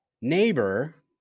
neighbor